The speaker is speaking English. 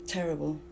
Terrible